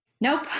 Nope